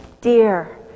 dear